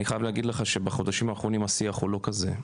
אני חייב להגיד לך שבחודשים האחרונים השיח הוא לא כזה.